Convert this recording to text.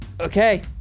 Okay